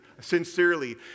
sincerely